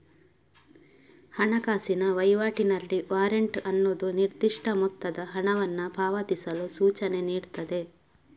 ಹಣಕಾಸಿನ ವೈವಾಟಿನಲ್ಲಿ ವಾರೆಂಟ್ ಅನ್ನುದು ನಿರ್ದಿಷ್ಟ ಮೊತ್ತದ ಹಣವನ್ನ ಪಾವತಿಸಲು ಸೂಚನೆ ನೀಡ್ತದೆ